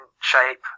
shape